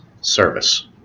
Service